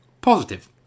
Positive